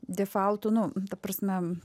defaultu nu ta prasme